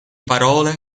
parole